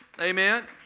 Amen